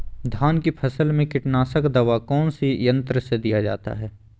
धान की फसल में कीटनाशक दवा कौन सी यंत्र से दिया जाता है?